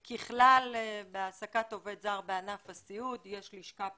ככלל בהעסקת עובד זר בענף הסיעוד יש לשכה פרטית,